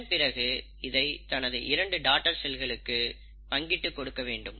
அதன் பிறகு இதை தனது இரண்டு டாடர் செல்களுக்கு பங்கிட்டு கொடுக்க வேண்டும்